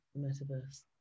metaverse